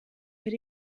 per